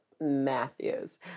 Matthews